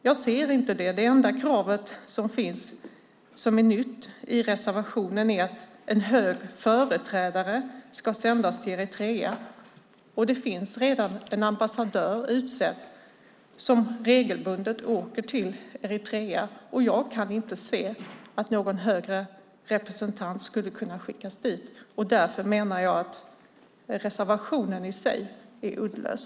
Jag kan inte se det, utan det enda nya kravet i reservationen är att en hög företrädare sänds till Eritrea. Men en ambassadör är redan utsedd och åker regelbundet till Eritrea. Jag kan inte se att någon högre representant kan skickas dit. Därför menar jag att reservationen i sig är uddlös.